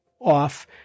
off